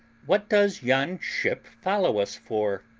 what does yon ship follow us for?